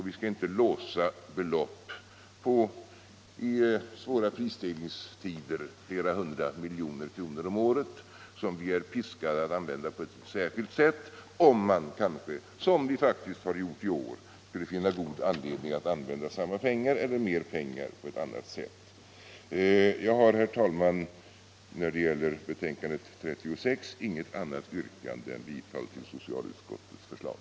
Vi skall inte låsa belopp på i svåra prisstegringstider flera hundra miljoner kronor om året, som vi är piskade att använda på ett särskilt sätt, om man kanske — som vi faktiskt har gjort i år — skulle finna god anledning att använda samma pengar eller mer pengar på annat sätt. Jag har, herr talman, när det gäller socialutskottets betänkande nr 36 inget annat yrkande än bifall till utskottets förslag.